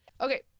Okay